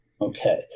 Okay